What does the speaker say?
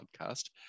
podcast